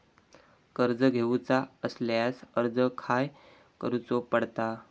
कर्ज घेऊचा असल्यास अर्ज खाय करूचो पडता?